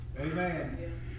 Amen